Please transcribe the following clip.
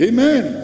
Amen